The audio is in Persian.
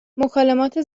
مکالمات